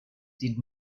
did